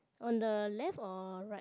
on the left or right